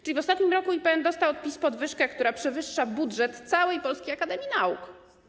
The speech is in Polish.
Czyli w ostatnim roku IPN dostał od PiS podwyżkę, która przewyższa budżet całej Polskiej Akademii Nauk.